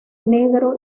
negro